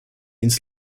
ins